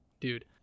dude